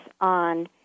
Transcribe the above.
on